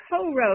co-wrote